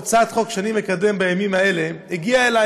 על הצעת חוק שאני מקדם בימים האלה: היא הגיעה אלי